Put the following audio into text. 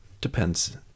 depends